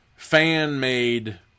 fan-made